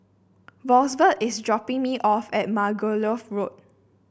Rosevelt is dropping me off at Margoliouth Road